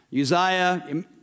Uzziah